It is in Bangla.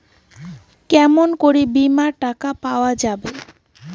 কেমন করি বীমার টাকা পাওয়া যাবে?